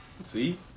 See